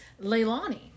Leilani